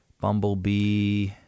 Bumblebee